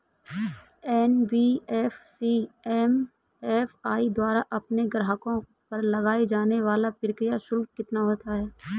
NBFC MFI द्वारा अपने ग्राहकों पर लगाए जाने वाला प्रक्रिया शुल्क कितना होता है?